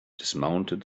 dismounted